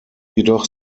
jedoch